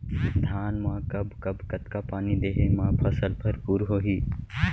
धान मा कब कब कतका पानी देहे मा फसल भरपूर होही?